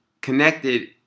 connected